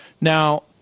Now